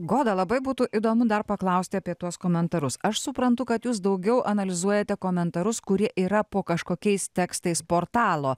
goda labai būtų įdomu dar paklausti apie tuos komentarus aš suprantu kad jūs daugiau analizuojate komentarus kurie yra po kažkokiais tekstais portalo